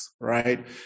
right